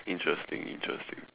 interesting interesting